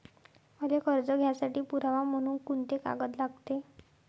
मले कर्ज घ्यासाठी पुरावा म्हनून कुंते कागद लागते?